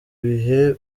bihe